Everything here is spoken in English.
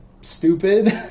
stupid